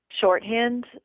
shorthand